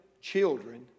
Children